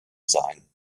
sein